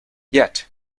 yet